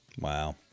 Wow